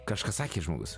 kažką sakė žmogus